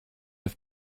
have